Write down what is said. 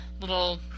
little